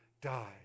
die